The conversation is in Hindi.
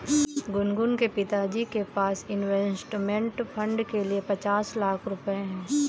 गुनगुन के पिताजी के पास इंवेस्टमेंट फ़ंड के लिए पचास लाख रुपए है